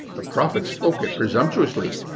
ah prophet spoke it presumptuously.